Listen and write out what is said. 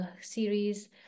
series